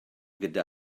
gyda